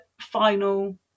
final